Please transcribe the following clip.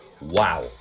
wow